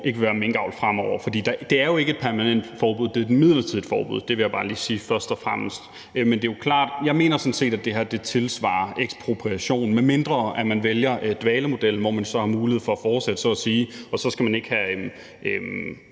ikke vil være minkavl fremover, for det er jo ikke et permanent forbud, men et midlertidigt forbud – det vil jeg bare lige først og fremmest sige. Men det er jo klart, at jeg sådan set mener, at det her svarer til ekspropriation, medmindre man vælger dvalemodellen, hvor man så har mulighed for at fortsætte og så ikke skal have